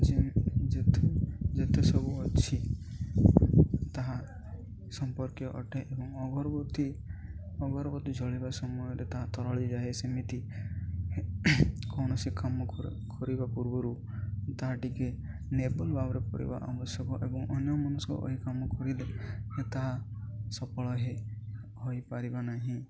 ଯେ ଯେଥେ ଯେତେସବୁ ଅଛି ତାହା ସମ୍ପର୍କୀୟ ଅଟେ ଏବଂ ଅଘରବତୀ ଅଗରବତୀ ଜଳିବା ସମୟରେ ତାହା ତରଳି ଯାଏ ସେମିତି କୌଣସି କାମ କର କରିବା ପୂର୍ବରୁ ତାହା ଟିକେ ନିର୍ଭୁଲ ଭାବରେ ପଢ଼ିବା ଆବଶ୍ୟକ ଏବଂ ଅନ୍ୟମନସ୍କ ହୋଇ କାମ କରିଦେଲେ ତାହା ସଫଳ ହେ ହୋଇପାରିବ ନାହିଁ